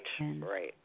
right